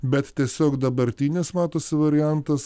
bet tiesiog dabartinis matosi variantas